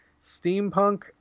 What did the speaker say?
Steampunk